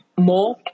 more